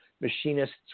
machinists